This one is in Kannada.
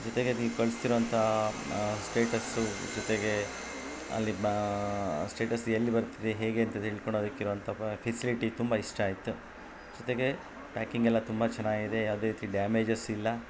ಜೊತೆಗೆ ನೀವು ಕಳಿಸ್ತಿರೊಂಥ ಸ್ಟೇಟಸ್ಸು ಜೊತೆಗೆ ಅಲ್ಲಿಗೆ ಬಾ ಸ್ಟೇಟಸ್ ಎಲ್ಲಿ ಬರ್ತಿದೆ ಹೇಗೆ ಅಂತ ತಿಳ್ಕೊಳೋದಕ್ಕೆ ಇರುವಂತ ಫೆಸಿಲಿಟಿ ತುಂಬ ಇಷ್ಟ ಆಯ್ತು ಜೊತೆಗೆ ಪ್ಯಾಕಿಂಗ್ ಎಲ್ಲ ತುಂಬ ಚನ್ನಾಗಿದೆ ಯಾವುದೇ ರೀತಿ ಡ್ಯಾಮೇಜಸ್ಸಿಲ್ಲ